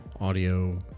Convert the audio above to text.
audio